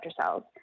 cells